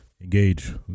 engage